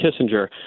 Kissinger